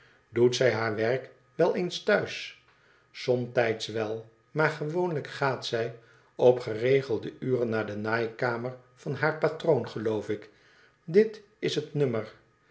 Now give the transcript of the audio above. idoet zij hsau werk wel eens thuis somtijds wel maar gewoonlijk gaat zij op geregelde uren naar de naaikamer van haar patroon geloof ik dit is het nummer